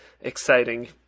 exciting